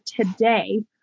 today